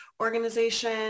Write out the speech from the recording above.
organization